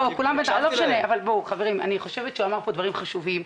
הוא אמר דברים חשובים,